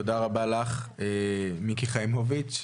תודה רבה לך, מיקי חיימוביץ.